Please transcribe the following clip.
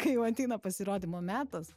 kai jau ateina pasirodymo metas